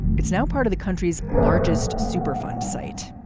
it's now part of the country's largest superfund site.